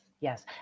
yes